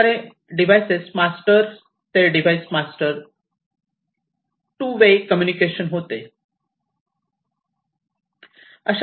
अशाप्रकारे device master ते device master 2 way communication होते